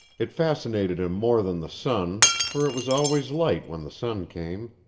it fascinated him more than the sun, for it was always light when the sun came,